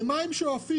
לגבי מה הם שואפים.